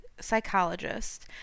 psychologist